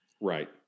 Right